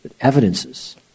Evidences